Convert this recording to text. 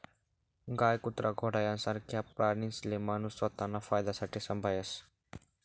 गाय, कुत्रा, घोडा यासारखा प्राणीसले माणूस स्वताना फायदासाठे संभायस